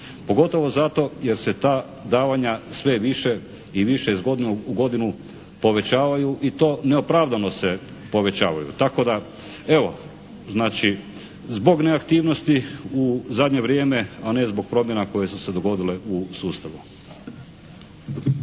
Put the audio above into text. Pogotovo zato jer se ta davanja sve više i više iz godine u godinu povećavaju i to neopravdano se povećavaju. Tako da evo, znači zbog neaktivnosti u zadnje vrijeme a ne zbog promjena koje su se dogodile u sustavu.